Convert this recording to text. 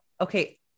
okay